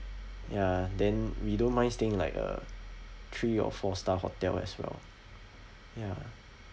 ya then we don't mind staying like uh three or four star hotel as well ya